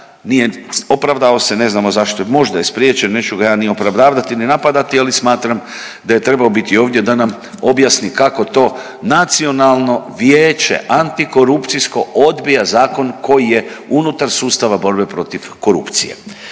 nije opravdao se, ne znamo zašto. Možda je spriječen, neću ga ja ni opravdavati ni napadati, ali smatram da je trebao biti ovdje da nam objasni kako to Nacionalno vijeće antikorupcijsko odbija zakon koji je unutar sustava borbe protiv korupcije.